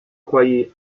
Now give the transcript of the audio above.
croyez